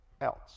else